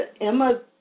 Emma